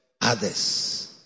others